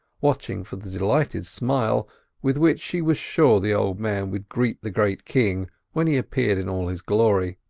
watching for the delighted smile with which she was sure the old man would greet the great king when he appeared in all his glory.